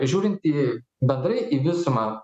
žiūrint į bendrai į visumą